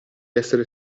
essere